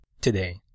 today